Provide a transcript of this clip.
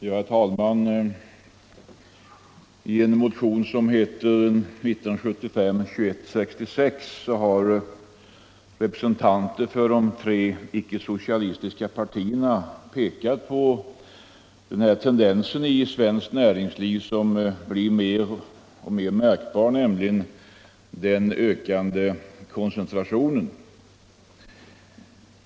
Herr talman! I motionen 1975:2166 har representanter för de tre ickesocialistiska partierna pekat på en tendens i svenskt näringsliv som blir mer och mer märkbar, nämligen den ökande koncentrationen.